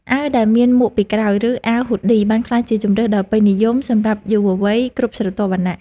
អាវដែលមានមួកពីក្រោយ ឬអាវហ៊ូឌីបានក្លាយជាជម្រើសដ៏ពេញនិយមសម្រាប់យុវវ័យគ្រប់ស្រទាប់វណ្ណៈ។